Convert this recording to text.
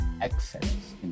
Excellence